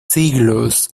siglos